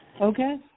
Okay